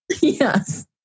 Yes